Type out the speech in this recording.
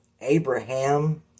Abraham